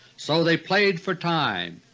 so they played for time.